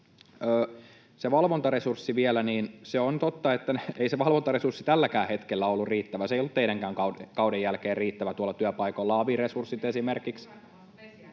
valvontaresurssista vielä: On totta, että ei se valvontaresurssi tälläkään hetkellä ole ollut riittävä. Se ei ollut teidänkään kautenne jälkeen riittävä tuolla työpaikoilla, avi-resurssit esimerkiksi.